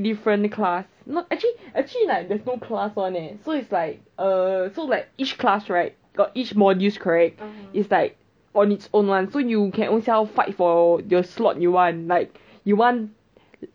different class not actually actually like there's no class [one] leh so it's like err so like each class right got each modules correct is like on its own [one] so you can ownself fight for your slot you want like you want